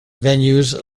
venues